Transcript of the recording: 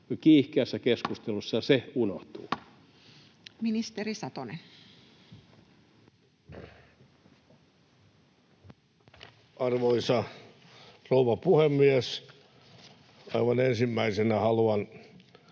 kiihkeässä keskustelussa ne unohtuvat. Ministeri Satonen. Arvoisa rouva puhemies! Aivan ensimmäisenä haluan